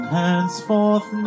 henceforth